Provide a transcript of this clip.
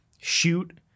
shoot